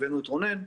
הבאנו את רונן,